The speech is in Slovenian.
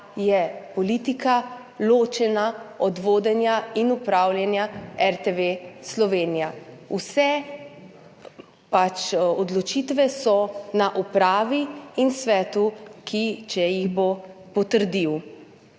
je politika ločena od vodenja in upravljanja RTV Slovenija. Vse odločitve so na upravi in svetu, če jih bo potrdil.